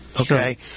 Okay